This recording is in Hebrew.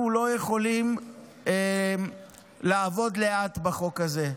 אנחנו לא יכולים לעבוד לאט בחוק הזה.